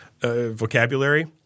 vocabulary